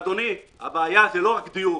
אדוני, הבעיה היא לא רק דיור.